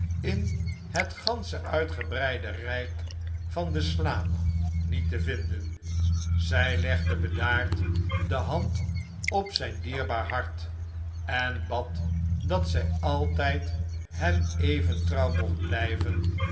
in het gansche uitgebreide rijk van den slaap niet te vinden zij legde bedaard de hand op zijn dierbaar hart en bad dat zjj altjjd hem even trouw mocht bljjven